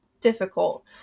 difficult